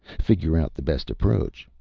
figure out the best approach,